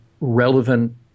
relevant